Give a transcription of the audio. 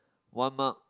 one mark